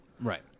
Right